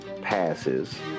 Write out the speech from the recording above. passes